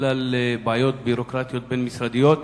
בגלל בעיות ביורוקרטיות בין-משרדיות.